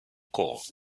corps